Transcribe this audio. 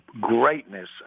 greatness